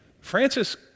Francis